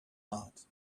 heart